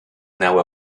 now